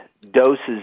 doses